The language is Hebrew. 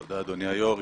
תודה אדוני היושב ראש.